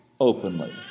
openly